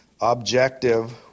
objective